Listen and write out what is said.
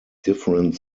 different